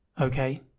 Okay